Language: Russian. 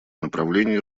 направлений